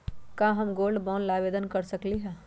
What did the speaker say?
का हम gold bond ला आवेदन कर सकली ह?